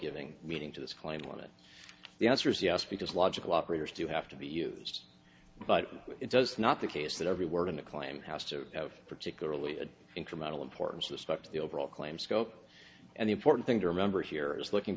giving meaning to this claim when it the answer is yes because logical operators do have to be used but it does not the case that every word in a clam house to have particularly a incremental importance was stuck to the overall claim scope and the important thing to remember here is looking